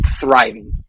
thriving